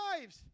lives